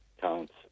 counts